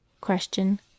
Question